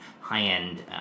high-end